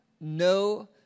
no